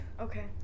Okay